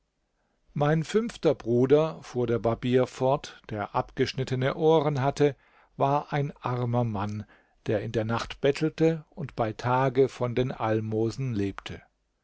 mein fünfter bruder fuhr der barbier fort der abgeschnittene ohren hatte war ein armer mann der in der nacht bettelte und bei tage von den almosen lebte